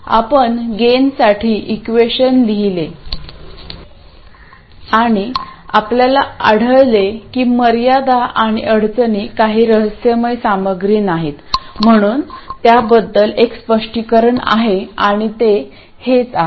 आपण गेनसाठी इक्वेशन लिहिले आणि आपल्याला आढळले की मर्यादा आणि अडचणी काही रहस्यमय सामग्री नाहीत म्हणून त्याबद्दल एक स्पष्ट स्पष्टीकरण आहे आणि हेच ते आहे